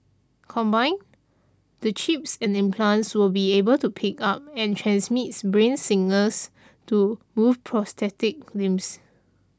combined the chip and implants will be able to pick up and transmits brain signals to move prosthetic limbs